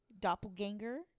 Doppelganger